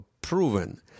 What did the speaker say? proven